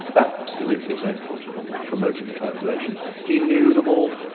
absolutely central to um promoting the translations. he knew them all.